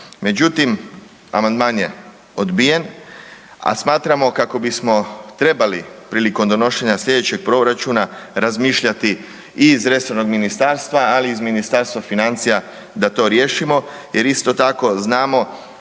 Međutim, amandman je odbijen, a smatramo kako bismo trebali prilikom donošenja slijedećeg proračuna razmišljati i iz resornog ministarstva, ali i iz Ministarstva financija da to riješimo jer isto tako znamo